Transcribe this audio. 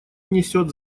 несет